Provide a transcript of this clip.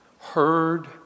heard